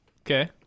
Okay